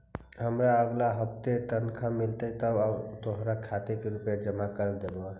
हमारा अगला हफ्ते तनख्वाह मिलतई तब हम तोहार खाते में रुपए जमा करवा देबो